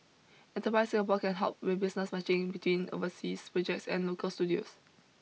enterprise Singapore can help with business matching between overseas projects and local studios